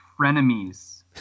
frenemies